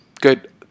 good